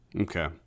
okay